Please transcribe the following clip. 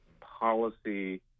policy